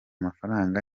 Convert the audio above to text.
mafaranga